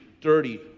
dirty